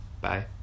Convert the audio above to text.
Bye